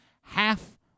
half